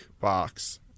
box